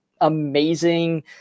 amazing